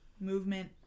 movement